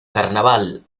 carnaval